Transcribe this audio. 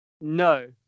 No